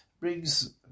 brings